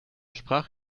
sprach